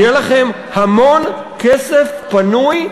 יהיה לכך המון כסף פנוי,